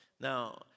Now